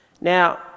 Now